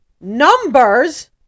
numbers